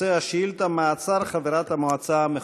נושא השאילתה: מעצר חברת המועצה המחוקקת.